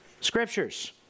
Scriptures